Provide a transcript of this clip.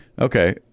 Okay